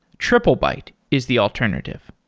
triplebyte is the alternative.